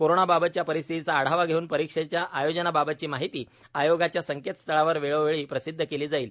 कोरोनाबाबतच्या परिस्थितीचा आढावा घेऊन परीक्षेच्या आयोजनाबाबतची माहिती आयोगाच्या संकेतस्थळावर वेळोवेळी प्रसिदध केली जाईल